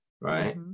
right